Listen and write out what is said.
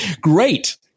great